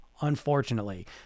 unfortunately